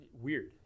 weird